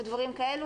ודברים כאלה,